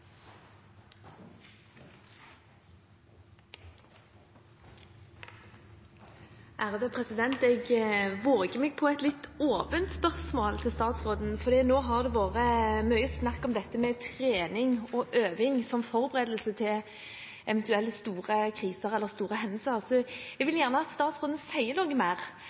Jeg våger meg på et litt åpent spørsmål til statsråden, for nå har det vært mye snakk om trening og øving som forberedelse til eventuelle store kriser eller store hendelser. Jeg vil gjerne at statsråden sier noe mer